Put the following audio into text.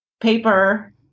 paper